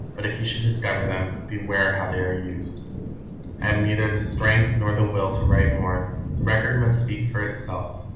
but if you should discover them, beware how they are used. i have neither the strength nor the will to write more. the record must speak for itself.